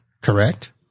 correct